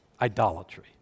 Idolatry